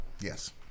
Yes